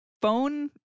Phone